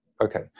Okay